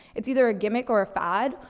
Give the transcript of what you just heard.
it's either a gimmick or a fad,